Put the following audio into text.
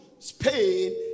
Spain